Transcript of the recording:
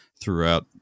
throughout